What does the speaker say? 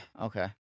Okay